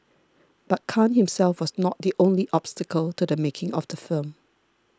but Khan himself was not the only obstacle to the making of the film